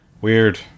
Weird